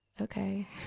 okay